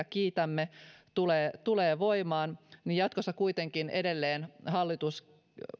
kiitämme tulee tulee voimaan jatkossa kuitenkin edelleen hallitus